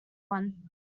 one